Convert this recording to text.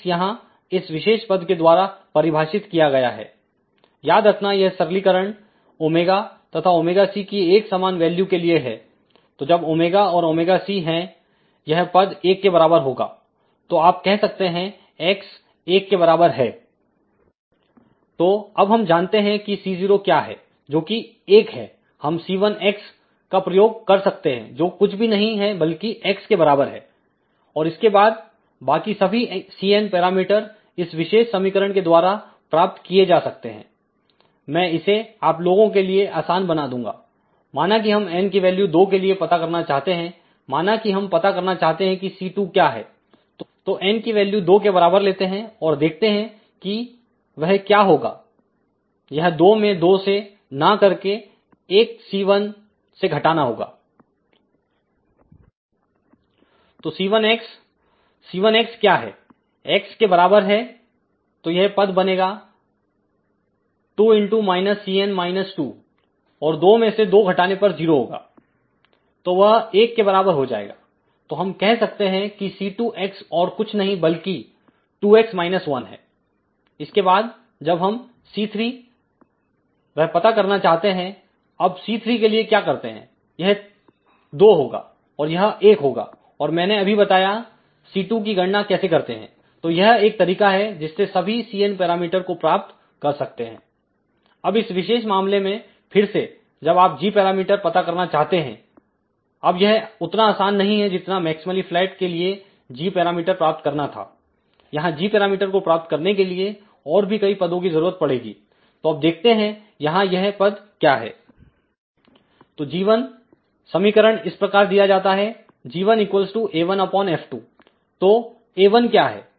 x यहां इस विशेष पद के द्वारा परिभाषित किया है याद रखना यह सरलीकरण ω तथा ωc की एक समान वैल्यू के लिए है तो जब ω और ωc हैयह पद 1 के बराबर होगा तो आप कह सकते हैं x 1 के बराबर है तो अब हम जानते हैं कि C0 क्या है जोकि 1 है हम C1 का प्रयोग कर सकते हैं जो कुछ भी नहीं है बल्कि x के बराबर है और इसके बाद बाकीसभी Cn पैरामीटर इस विशेष समीकरण के द्वारा प्राप्त किए जा सकते हैं मैं इसे आप लोगों के लिए आसान बना दूंगा माना कि हम nकी वैल्यू 2 के लिए पता करना चाहते हैं माना कि हम पता करना चाहते है कि C2 क्या है तो n की वैल्यू 2 के बराबर लेते हैं और देखते है कि वह क्या होगायह 2 में 2 से ना करके 1 C1 से घटाना होगा तो C1C1 क्या है x के बराबर है तो यह पद बनेगा 2 x माइनस Cn माइनस 2 और 2 में से 2 घटाने पर जीरो होगा तोवह एक के बराबर हो जाएगा तो हम कह सकते हैं कि C2और कुछ नहींबल्कि 2x 1है इसके बाद जब हम C3वह पता करना चाहते हैं अब C3 के लिए क्या करते हैं यह 2 होगा और यह 1 होगा और मैंने अभी बताया C2 की गणना कैसे करते हैं तो यह एक तरीका है जिससे सभी Cn पैरामीटर को प्राप्त कर सकते हैं अब इस विशेष मामले में फिर सेजब आप g पैरामीटर पता करना चाहते हैं अब यह उतना आसान नहीं है जितना मैक्समलीफ्लैट के लिए g पैरामीटर प्राप्त करना था यहांg पैरामीटर को प्राप्त करने के लिए और भी कई पदों की जरूरत पड़ेगी तो अब देखते हैं यहां यह पद क्या है तो g1 समीकरणइस प्रकार दिया जाता है g1a1F2 तो a1क्या है